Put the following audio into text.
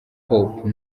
popo